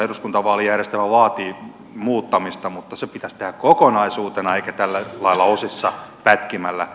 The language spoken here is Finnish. eduskuntavaalijärjestelmä vaatii muuttamista mutta se pitäisi tehdä kokonaisuutena eikä tällä lailla osissa pätkimällä